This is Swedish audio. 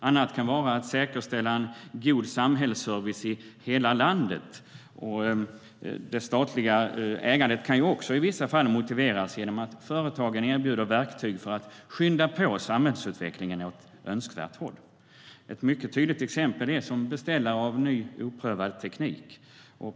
Annat kan vara att säkerställa en god samhällsservice i hela landet. Det statliga ägandet kan också i vissa fall motiveras genom att företagen erbjuder verktyg för att skynda på samhällsutvecklingen åt önskvärt håll. Ett mycket tydligt exempel är beställare av ny, oprövad teknik.